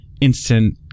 instant